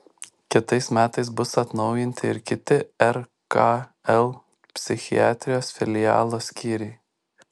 kitais metais bus atnaujinti ir kiti rkl psichiatrijos filialo skyriai